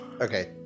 okay